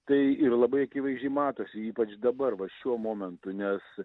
tai ir labai akivaizdžiai matosi ypač dabar va šiuo momentu nes